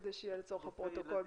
כדי שיהיה לצורך הפרוטוקול,